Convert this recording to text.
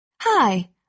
Hi